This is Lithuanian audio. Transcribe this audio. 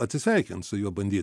atsisveikint su juo bandyt